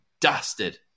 dusted